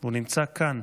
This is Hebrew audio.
והוא נמצא כאן,